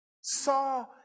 saw